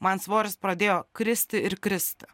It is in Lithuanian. man svoris pradėjo kristi ir kristi